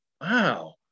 Wow